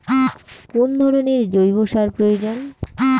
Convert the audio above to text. কোন ধরণের জৈব সার প্রয়োজন?